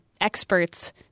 experts